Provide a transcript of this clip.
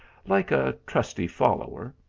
like a trusty follower,